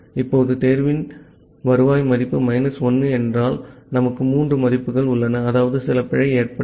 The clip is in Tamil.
இப்போது தேர்வின் வருவாய் மதிப்பு மைனஸ் 1 என்றால் நமக்கு மூன்று மதிப்புகள் உள்ளன அதாவது சில பிழை ஏற்பட்டது